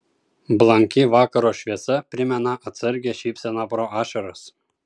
blanki vakaro šviesa primena atsargią šypseną pro ašaras